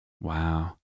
Wow